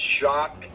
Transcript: shock